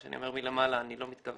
כשאני אומר מלמעלה, אני לא מתכוון